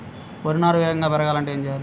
వరి నారు వేగంగా పెరగాలంటే ఏమి చెయ్యాలి?